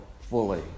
fully